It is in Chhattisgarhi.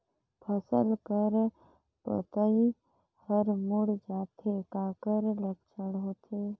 फसल कर पतइ हर मुड़ जाथे काकर लक्षण होथे?